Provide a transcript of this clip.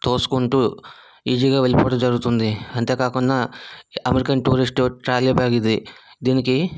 తోసుకుంటూ ఈజీగా వెళ్ళిపోవడం జరుగుతుంది అంతేకాకుండా ఈ అమెరికన్ టూరిస్ట్ ట్రాలీ బ్యాగ్ ఇది దీనికి